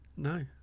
No